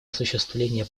осуществления